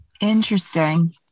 Interesting